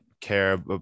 care